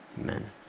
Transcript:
Amen